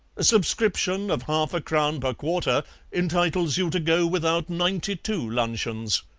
a subscription of half a crown per quarter entitles you to go without ninety-two luncheons.